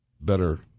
better